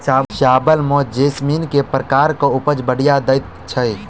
चावल म जैसमिन केँ प्रकार कऽ उपज बढ़िया दैय छै?